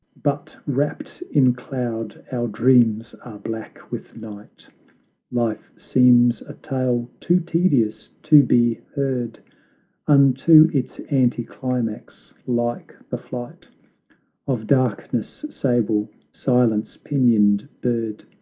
but wrapt in cloud, our dreams are black with night life seems a tale too tedious to be heard unto its anti-climax like the flight of darkness' sable, silence-pinioned bird,